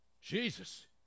Jesus